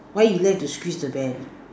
why you like to squeeze the bear